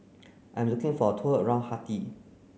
I'm looking for a tour around Haiti